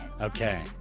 Okay